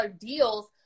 deals